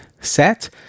set